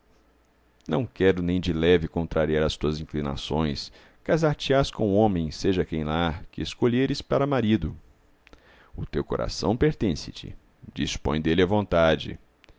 não quero nem de leve contrariar as tuas inclinações casar te ás com o homem seja quem lar que escolheres para marido o teu coração pertence te dispõe dele à vontade